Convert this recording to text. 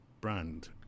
brand